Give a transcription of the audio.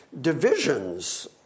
divisions